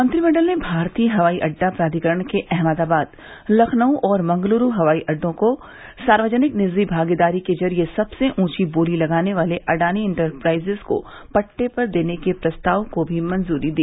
मंत्रिमंडल ने भारतीय हवाई अडडा प्राधिकरण के अहमदाबाद लखनऊ और मंगलुरू हवाई अडडों को सार्वजनिक निजी भागीदारी के जरिये सबसे ऊंची बोली लगाने वाले अडानी इंटरप्राइजेस को पट्टे पर देने के प्रस्ताव को भी मंजूरी दी